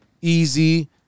easy